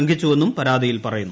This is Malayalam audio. രാഘവൻ ലംഘിച്ചുവെന്നും പരാതിയിൽ പറയുന്നു